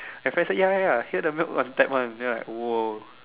my friend say ya ya ya here the milk on tap [one] then I like !whoa!